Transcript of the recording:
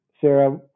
Sarah